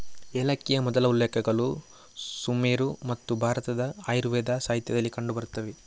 ಏಲಕ್ಕಿಯ ಮೊದಲ ಉಲ್ಲೇಖಗಳು ಸುಮೇರು ಮತ್ತು ಭಾರತದ ಆಯುರ್ವೇದ ಸಾಹಿತ್ಯದಲ್ಲಿ ಕಂಡು ಬರುತ್ತವೆ